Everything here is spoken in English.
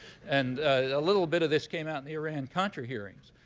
and a little bit of this came out in the iran-contra hearings.